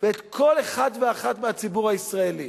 ואת כל אחד ואחת מהציבור הישראלי,